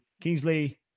Kingsley